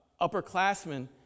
upperclassmen